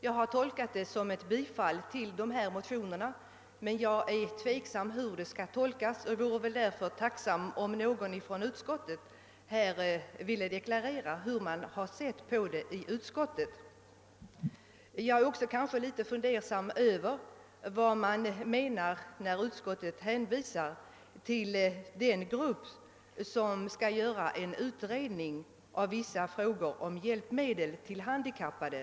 Jag har tolkat den som en tillstyrkan av våra motioner, men jag vore tacksam, om någon talesman för utskottet ville deklarera hur man där har sett på frågan. Jag är också litet fundersam över vad utskottet menar, när utskottet hänvisar till den grupp inom socialdepartementet som skall göra en utredning av vissa frågor om hjälpmedel till handikappade.